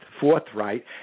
forthright